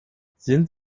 sind